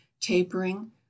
tapering